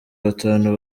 batanu